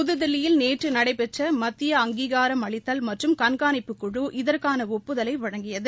புதுதில்லியில் நேற்று நடைபெற்ற மத்திய அங்கீகாரம் அளித்தல் மற்றும் கண்காணிப்புக் குழு இதற்கான ஒப்புதலை வழங்கியது